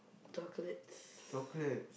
chocolates